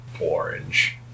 orange